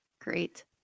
Great